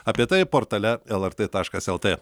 apie tai portale elartė taškas eltė